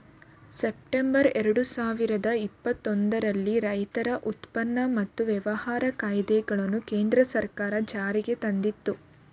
September ಎರಡು ಸಾವಿರದ ಇಪ್ಪತ್ತರಲ್ಲಿ ರೈತರ ಉತ್ಪನ್ನ ಮತ್ತು ವ್ಯಾಪಾರ ಕಾಯ್ದೆಗಳನ್ನು ಕೇಂದ್ರ ಸರ್ಕಾರ ಜಾರಿಗೆ ತಂದಿತು